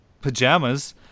pajamas